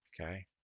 Okay